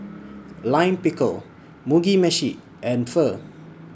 Lime Pickle Mugi Meshi and Pho